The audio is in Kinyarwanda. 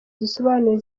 zisobanuye